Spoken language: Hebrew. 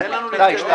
תן לנו להתקדם.